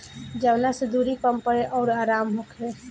जवना से दुरी कम पड़े अउर आराम होखे